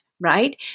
right